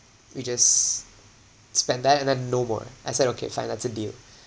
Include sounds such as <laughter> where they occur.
<breath> we just spend that and then no more I said okay fine that's a deal